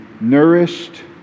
nourished